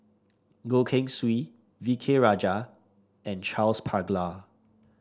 Goh Keng Swee V K Rajah and Charles Paglar